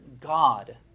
God